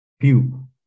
Pew